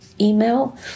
email